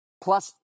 Plus